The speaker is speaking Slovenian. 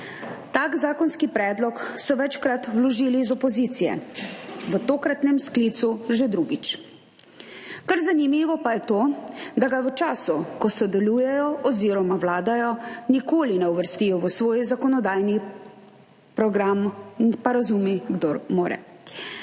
Tak zakonski predlog so večkrat vložili iz opozicije, v tokratnem sklicu že drugič. Kar zanimivo pa je to, da ga v času, ko sodelujejo oziroma vladajo, nikoli ne uvrstijo v svoj zakonodajni program. Pa razumi, kdor more.